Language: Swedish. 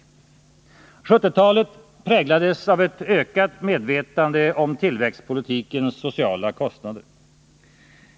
1970-talet präglades av ett ökat medvetande om tillväxtpolitikens sociala kostnad.